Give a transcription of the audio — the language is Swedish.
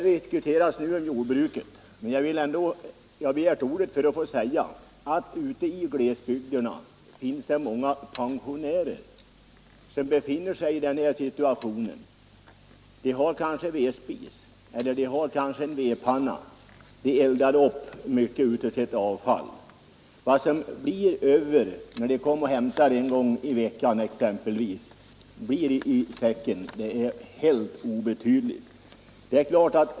Vi diskuterar här närmast jordbruket, men jag har begärt ordet för att få erinra om att också ute i glesbygderna finns det många pensionärer m.fl. som kanske har vedspis eller vedpanna där de eldar upp mycket av sitt avfall. Vad som blir över för hämtning en gång i veckan är en helt obetydlig mängd.